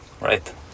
right